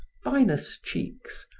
vinous cheeks,